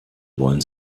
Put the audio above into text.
wollen